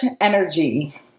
energy